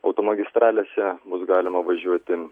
automagistralėse bus galima važiuoti